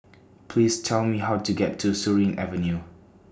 Please Tell Me How to get to Surin Avenue